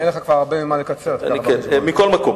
אין לך כבר הרבה ממה לקצר, מכל מקום,